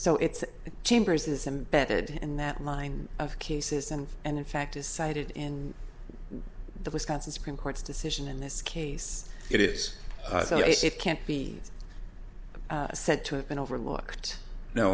so it's chambers is embedded in that line of cases and and in fact is cited in the wisconsin supreme court's decision in this case it is it can't be said to have been overlooked no